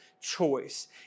choice